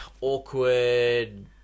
awkward